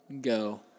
go